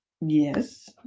yes